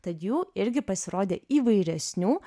tad jų irgi pasirodė įvairesnių